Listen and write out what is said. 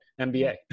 MBA